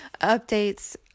updates